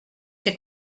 que